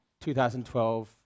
2012